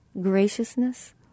graciousness